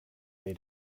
they